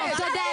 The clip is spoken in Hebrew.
תודה.